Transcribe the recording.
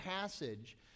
passage